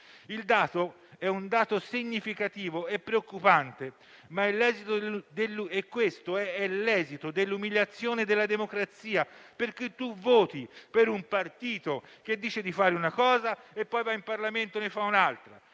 Il dato è significativo e preoccupante, ma è l'esito dell'umiliazione della democrazia, perché si vota per un partito che dice di fare una cosa e poi va in Parlamento e ne fa un'altra;